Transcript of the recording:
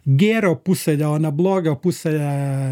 gėrio pusėje o ne blogio pusėje